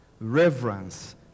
Reverence